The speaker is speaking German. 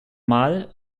mal